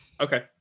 okay